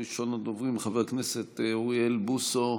ראשון הדוברים, חבר הכנסת אוריאל בוסו,